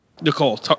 Nicole